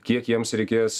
kiek jiems reikės